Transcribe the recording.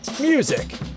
music